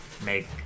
make